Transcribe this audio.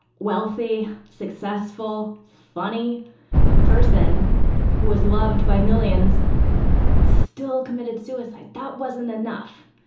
wealthy, successful, funny person who is loved by millions still committed suicide. that wasn't enough.